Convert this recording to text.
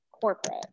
corporate